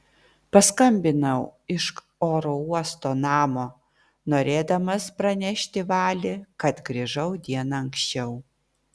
paskambinau iš oro uosto namo norėdamas pranešti vali kad grįžau diena anksčiau